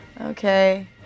Okay